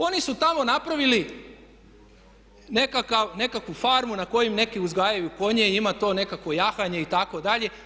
Oni su tamo napravili nekakvu farmu na kojoj neki uzgajaju konje i ima to nekakvo jahanje itd.